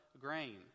grain